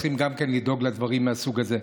צריכים לדאוג גם לדברים מהסוג הזה.